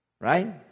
Right